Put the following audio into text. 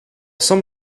some